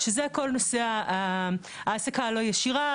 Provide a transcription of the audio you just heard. שזה כל נושא ההעסקה הלא ישירה,